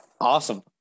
Awesome